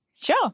Sure